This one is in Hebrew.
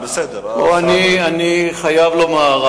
אני חייב לומר.